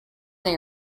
they